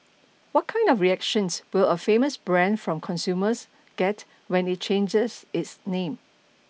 what kind of reactions will a famous brand from consumers get when it changes its name